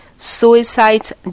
suicides